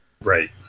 Right